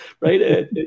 right